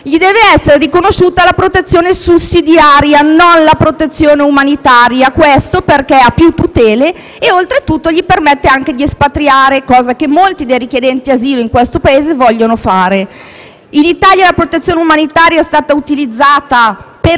deve essergli riconosciuta la protezione sussidiaria e non la protezione umanitaria: questo perché ha più tutele e oltretutto ciò gli permette anche di espatriare, cosa che molti dei richiedenti asilo in questo Paese vogliono fare. In Italia la protezione umanitaria è stata applicata